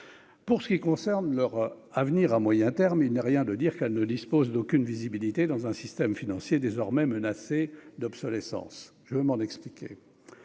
pour ce qui concerne leur avenir à moyen terme, il n'est rien de dire qu'elle ne dispose d'aucune visibilité dans un système financier désormais menacée d'obsolescence, je veux m'en expliquer